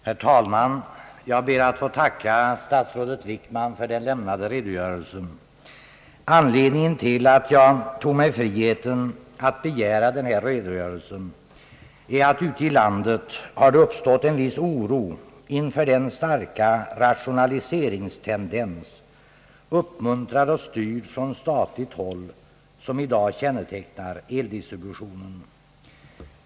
Herr talman! Jag ber att få tacka statsrådet Wickman för den lämnade redogörelsen. Anledningen till att jag tog mig friheten att begära denna redogörelse är att det ute i landet har uppstått en viss oro inför den starka rationaliseringstendens, uppmuntrad och styrd från statligt håll, som i dag kännetecknar eldistributionen.